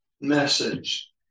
message